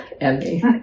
Emmy